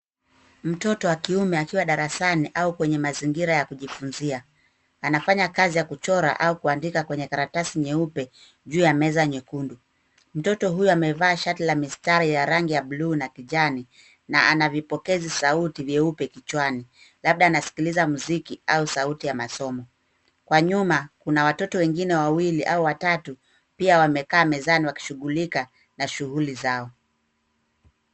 Mtoto wa kiume akiwa darasani au kwenye mazingira ya kujifunzia. Anafanya kazi ya kuchora au kuandika kwenye karatasi nyeupe juu ya meza nyekundu. Mtoto huyo amevaa shati la mistari ya rangi ya bluu na kijani na ana vipokezi sauti vyeupe kichwani. labda anasikiliza msiki au sauti ya masomo. Kwa nyuma kuna watoto wengine wawili au watatu pia wamekaa mezani wakishughulika na shughuli zao.